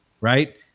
right